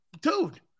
Dude